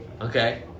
Okay